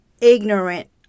ignorant